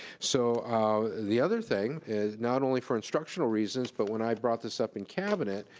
so the other thing is not only for instructional reasons but when i brought this up in cabinet,